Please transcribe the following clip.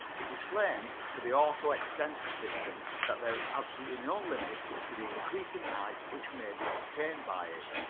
it is claimed for the auto-extensor system that there is absolutely no limit to the increase in height which may be obtained by it,